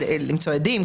כדי למצוא עדים,